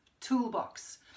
Toolbox